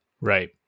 Right